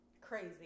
crazy